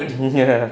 ya